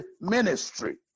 ministry